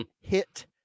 hit